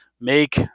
make